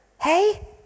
Hey